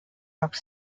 york